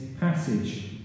passage